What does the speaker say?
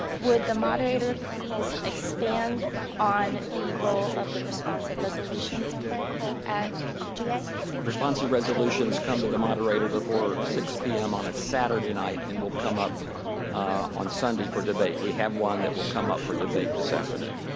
would the moderator ah please expand on the role of the responsive resolutions play at g responsive resolutions come to the moderator before six zero p m. on a saturday night and will come up on sunday for debate. we have one that will come up for debate this afternoon.